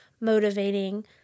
motivating